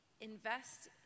invest